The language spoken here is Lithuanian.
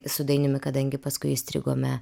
su dainiumi kadangi paskui įstrigome